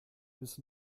bis